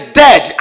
dead